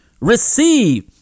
receive